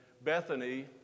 Bethany